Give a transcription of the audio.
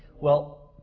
well,